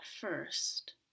first